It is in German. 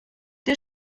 der